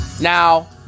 Now